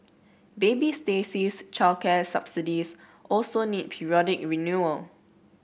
baby Stacey's childcare subsidies also need periodic renewal